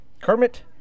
Kermit